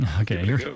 Okay